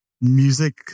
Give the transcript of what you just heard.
music